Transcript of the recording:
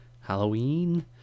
Halloween